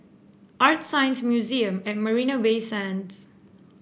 ArtScience Museum at Marina Bay Sands